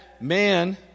man